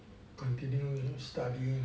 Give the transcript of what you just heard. continuing studying